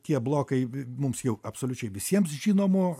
tie blokai bi mums jau absoliučiai visiems žinomų